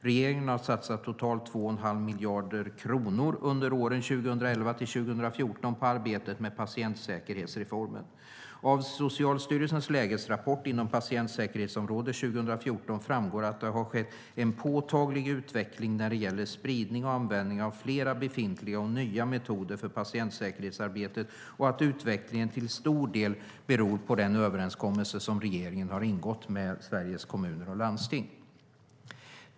Regeringen har satsat totalt 2,5 miljarder kronor under åren 2011-2014 på arbetet med patientsäkerhetsreformen. Av Socialstyrelsens lägesrapport inom patientsäkerhetsområdet 2014 framgår att det har skett en påtaglig utveckling när det gäller spridning och användning av flera befintliga och nya metoder för patientsäkerhetsarbetet och att utvecklingen till stor del beror på den överenskommelse som regeringen har ingått med Sveriges Kommuner och Landsting.